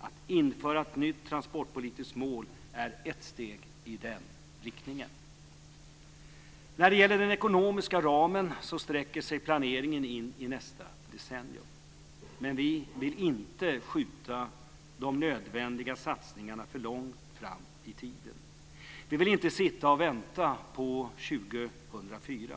Att införa ett nytt transportpolitiskt mål är ett steg i den riktningen. När det gäller den ekonomiska ramen sträcker sig planeringen in i nästa decennium. Men vi vill inte skjuta de nödvändiga satsningarna för långt fram i tiden. Vi vill inte sitta och vänta på 2004.